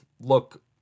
look